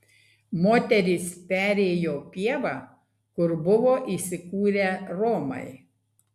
moterys perėjo pievą kur buvo įsikūrę romai